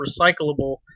recyclable